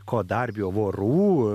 ko dar bijo vorų